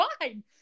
fine